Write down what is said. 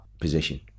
position